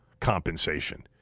compensation